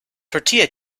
tortilla